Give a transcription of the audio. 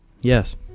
Yes